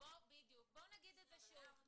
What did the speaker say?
בואו נסכם.